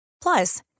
Plus